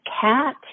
cat